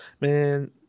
Man